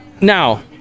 now